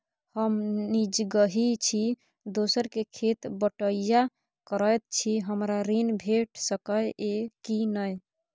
हम निजगही छी, दोसर के खेत बटईया करैत छी, हमरा ऋण भेट सकै ये कि नय?